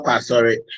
sorry